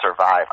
survive